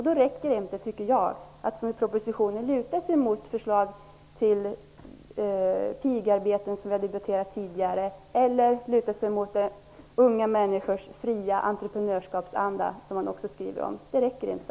Då räcker det inte att, som i propositionen, luta sig mot förslag till pigarbeten, som vi har debatterat tidigare, eller unga människors fria entreprenörsskapsanda, som man också skriver om. Det räcker inte.